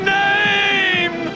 name